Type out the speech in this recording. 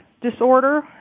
Disorder